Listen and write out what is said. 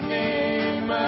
name